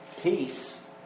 peace